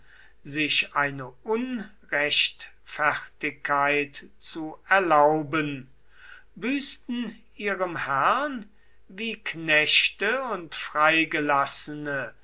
sich eine unrechtfertigkeit zu erlauben büßten ihrem herrn wie knechte und freigelassene